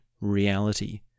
reality